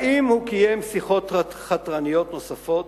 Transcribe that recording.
האם הוא קיים שיחות חתרניות נוספות?